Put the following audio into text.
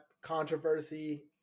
controversy